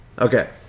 Okay